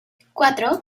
cuatro